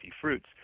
fruits